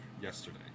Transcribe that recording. yesterday